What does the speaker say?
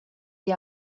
igl